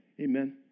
Amen